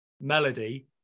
melody